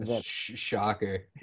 Shocker